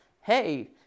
hey